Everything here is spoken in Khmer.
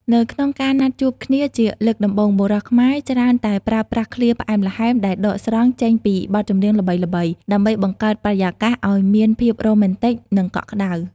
នៅក្នុងការណាត់ជួបគ្នាជាលើកដំបូង បុរសខ្មែរច្រើនតែប្រើប្រាស់ឃ្លាផ្អែមល្ហែមដែលដកស្រង់ចេញពីបទចម្រៀងល្បីៗ ដើម្បីបង្កើតបរិយាកាសឱ្យមានភាពរ៉ូមែនទិក និងកក់ក្តៅ។